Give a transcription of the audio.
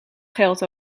geld